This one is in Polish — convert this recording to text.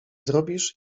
zrobisz